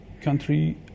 country